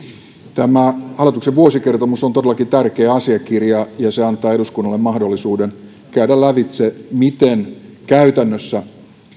tämä hallituksen vuosikertomus on todellakin tärkeä asiakirja ja se antaa eduskunnalle mahdollisuuden käydä lävitse miten käytännössä